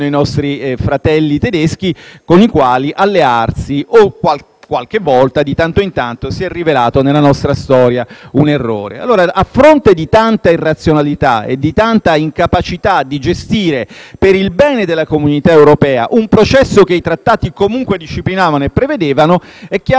nostra storia, di tanto in tanto, si è rivelato un errore. Allora, a fronte di tanta irrazionalità e incapacità di gestire per il bene della comunità europea un processo che i Trattati comunque disciplinavano e prevedevano, è chiaro che non ci può essere altro che uno sguardo di profonda attenzione critica verso